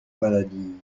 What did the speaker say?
maladie